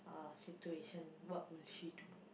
uh situation what would she do